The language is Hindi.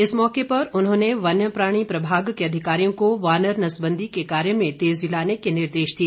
इस मौके पर उन्होंने वन्य प्राणी प्रभाग के अधिकारियों को वानर नसबंदी के कार्य में तेजी लाने के निर्देश दिए